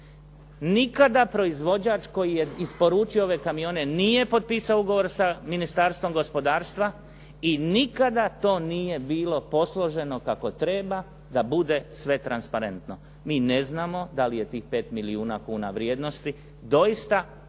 Nikada proizvođač koji je isporučio ove kamione nije potpisao ugovor sa Ministarstvom gospodarstva i nikada to nije bilo posloženo kako treba da bude sve transparentno. Mi ne znamo da li je tih 5 milijuna kuna vrijednosti doista bilo